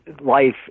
life